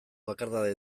bakardade